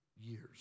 years